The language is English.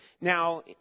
now